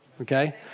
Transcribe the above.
okay